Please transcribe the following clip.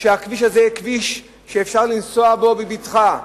שהכביש הזה יהיה כביש שאפשר לנסוע בו בבטחה,